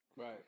right